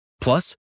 Plus